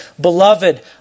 Beloved